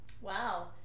Wow